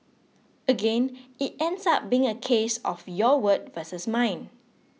again it ends up being a case of your word versus mine